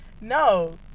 No